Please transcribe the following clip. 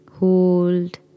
Hold